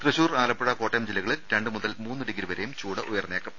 തൃശൂർ ആലപ്പുഴ കോട്ടയം ജില്ലകളിൽ രണ്ടു മുതൽ മൂന്ന് ഡിഗ്രി വരേയും ചൂട് ഉയർന്നേക്കും